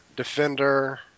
Defender